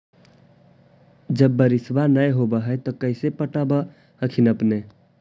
जब बारिसबा नय होब है तो कैसे पटब हखिन अपने?